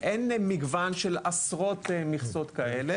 אין מגוון של עשרות מכסות כאלה.